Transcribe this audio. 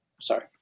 sorry